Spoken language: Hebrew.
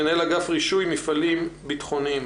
מנהל אגף רישוי מפעלים ביטחוניים.